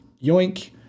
yoink